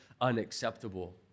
unacceptable